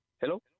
Hello